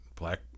Black